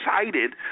excited